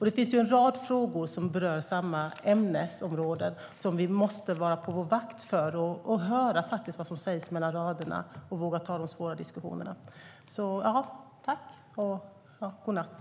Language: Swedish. Det finns en rad frågor som berör samma ämnesområden som vi måste vara på vår vakt för och faktiskt höra vad som sägs mellan raderna och våga ta de svåra diskussionerna. Jag tackar för debatten och önskar god natt.